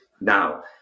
Now